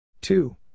Two